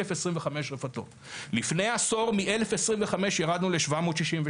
לפני עשור, מ-1025 ירדנו ל-762.